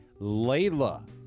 Layla